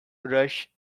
rush